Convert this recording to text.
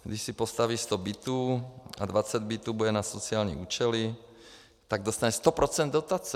Když se postaví sto bytů a dvacet bytů bude na sociální účely, tak dostane sto procent dotace.